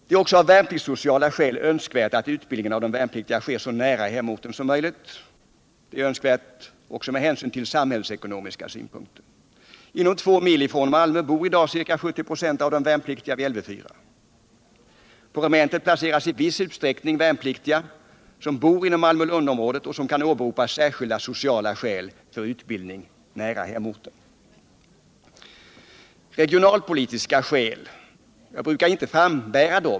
Det är också av värnpliktssociala skäl önskvärt att utbildningen av de värnpliktiga sker så nära hemorten som möjligt. Detta är önskvärt även med hänsyn till samhällsekonomiska synpunkter. Inom två mil från Malmö bor i dag ca 70 96 av de värnpliktiga vid Lv 4. På regementet placeras i viss utsträckning värnpliktiga som bor inom Malmö Lundområdet och som kan åberopa särskilda sociala skäl för utbildning nära hemorten. ” Regionalpolitiska skäl brukar jag inte framföra.